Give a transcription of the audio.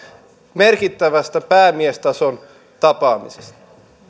merkittävästä päämiestason tapaamisesta